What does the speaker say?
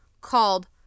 called